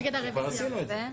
כבר עשינו את זה.